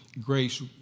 grace